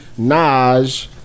Naj